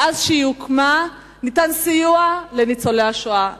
מאז שהיא הוקמה, ניתן סיוע לניצולי השואה.